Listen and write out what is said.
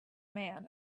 man